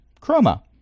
Chroma